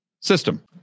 system